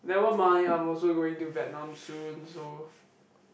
nevermind I'm also going to Vietnam soon so